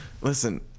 Listen